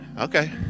Okay